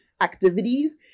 activities